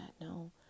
no